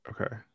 Okay